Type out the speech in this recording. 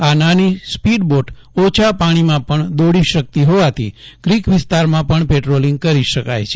આ નાની speed boat ઓછા પાણીમાં પણ દોડી શકતી હોવાથી ક્રિક વિસ્તારમાં પણ પેટ્રોલિંગ કરી શકાય છે